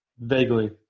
Vaguely